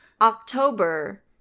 October